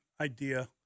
idea